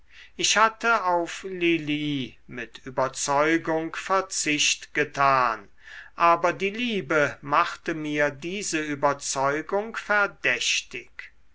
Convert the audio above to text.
ich hatte auf lili mit überzeugung verzicht getan aber die liebe machte mir diese überzeugung verdächtig